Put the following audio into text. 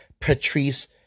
Patrice